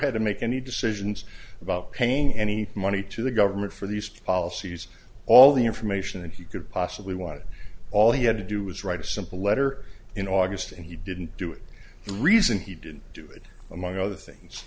had to make any decisions about paying any money to the government for these policies all the information and he could possibly want it all he had to do was write a simple letter in august and he didn't do it the reason he didn't do it among other things